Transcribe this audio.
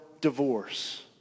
divorce